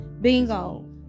Bingo